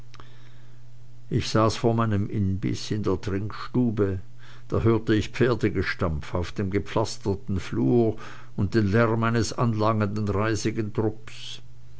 ich saß vor meinem imbiß in der trinkstube da hörte ich pferdegestampf auf dem gepflasterten flur und den lärm eines anlangenden reisigen truppes